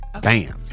Bam